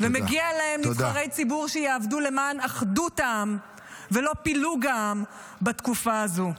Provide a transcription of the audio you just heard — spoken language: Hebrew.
ומגיע להם נבחרי ציבור שיעבדו למען אחדות העם ולא פילוג העם בתקופה הזו.